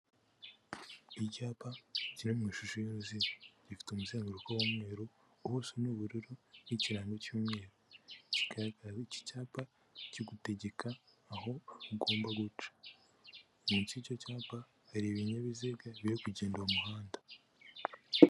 Icyapa kiri mu ishusho y'uruziga gifite umuzenguruko w'umweru ubuso ni ubururu n'ikikirango cy'umweru. Iki cyapa cyo kigutegeka aho ugomba guca munsi y'icyo cyapa hari ibinyabiziga biri kugenda mu muhanda.